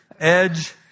edge